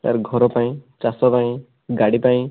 sir ଘର ପାଇଁ ଚାଷ ପାଇଁ ଗାଡ଼ି ପାଇଁ